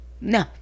No